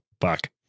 fuck